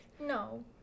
No